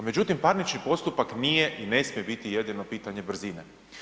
Međutim, parnični postupak nije i ne smije biti jedino pitanje brzine.